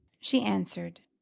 she answered,